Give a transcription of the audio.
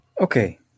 Okay